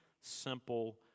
simple